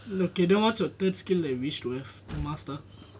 then okay what is your third skill that you wish to have to master